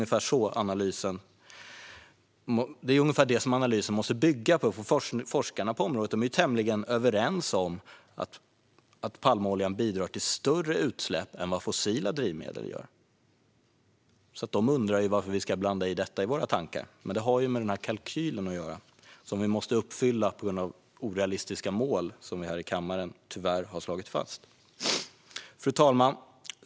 Ett sådant resonemang måste analysen bygga på. Forskarna på området är annars tämligen överens om att palmoljan bidrar till större utsläpp än vad fossila drivmedel gör. De undrar varför vi ska blanda in detta i våra tankar. Det har förstås med den där kalkylen att göra. Vi måste uppfylla den på grund av orealistiska mål som vi tyvärr har slagit fast här i kammaren. Fru talman!